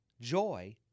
joy